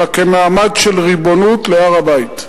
אלא כמעמד של ריבונות להר-הבית.